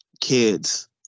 Kids